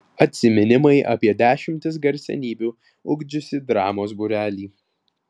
atsiminimai apie dešimtis garsenybių ugdžiusį dramos būrelį